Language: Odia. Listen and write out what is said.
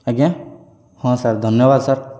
ଆଜ୍ଞା ହଁ ସାର୍ ଧନ୍ୟବାଦ ସାର୍